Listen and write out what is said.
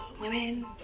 women